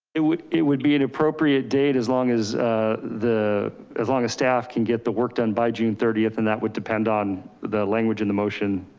it would it would be an appropriate date. as long as the, as long as staff can get the work done by june thirtieth. and that would depend on the language and the motion.